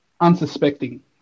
Unsuspecting